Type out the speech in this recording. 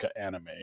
anime